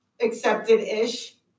accepted-ish